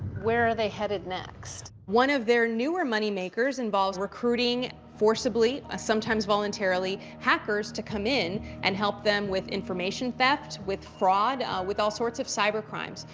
where are they headed next? one of their newer money-makers involves recruiting forcibly, ah sometimes voluntarily hackers to come in and help them with information theft, with fraud, with all sorts of cyber crimes.